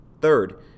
Third